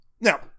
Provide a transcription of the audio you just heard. Now